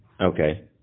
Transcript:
Okay